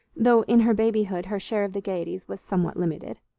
though in her babyhood her share of the gayeties was somewhat limited.